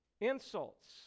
insults